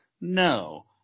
No